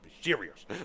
serious